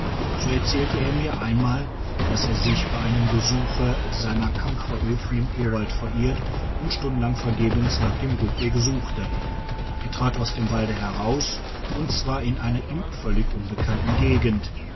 so erzählte er mir einmal dass er sich bei einem besuche seiner kampferöfen im urwald verirrt und stundenlang vergebens nach dem rückwege suchte er trat aus dem walde heraus und zwar in einer ihm völlig unbekannten gegend